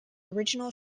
original